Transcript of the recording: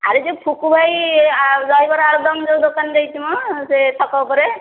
ଆରେ ଯୋଉ ଫୁକୁ ଭାଇ ଆଳୁ ଦହିବରା ଆଳୁଦମ୍ ଯେଉଁ ଦୋକାନ ଦେଇଛି ମ ସେ ଛକ ଉପରେ